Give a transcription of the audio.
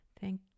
Thank